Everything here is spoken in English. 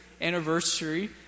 anniversary